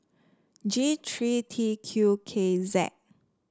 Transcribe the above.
G three T Q K Z